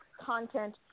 content